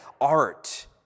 art